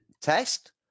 test